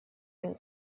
and